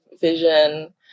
vision